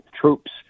troops